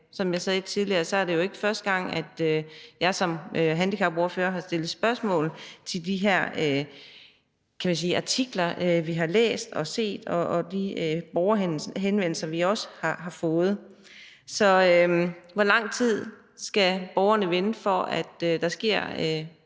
Som jeg sagde tidligere, er det jo ikke første gang, at jeg som handicapordfører har stillet spørgsmål til de her artikler, vi har læst og set, og de borgerhenvendelser, vi også har fået. Så hvor lang tid skal borgerne vente på, at der sker